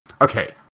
Okay